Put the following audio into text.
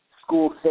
school